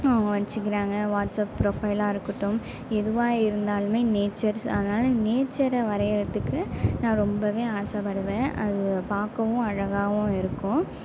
அவங்க வச்சுக்கிறாங்க வாட்ஸாப் ப்ரொஃபைலாக இருக்கட்டும் எதுவாக இருந்தாலுமே நேச்சர்ஸ் அதனால் நேச்சரை வரைகிறத்துக்கு நான் ரொம்பவே ஆசைப்படுவேன் அது பார்க்கவும் அழகாகவும் இருக்கும்